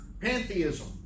pantheism